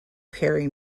harry